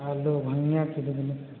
आलू धनिया कितने में